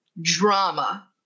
Drama